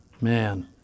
Man